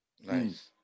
Nice